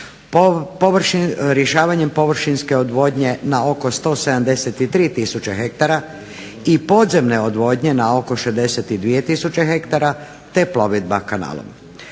rješavanje površinske odvodnje na oko 173000 hektara i podzemne odvodnje na oko 62000 hektara te plovidba kanalom.